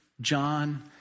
John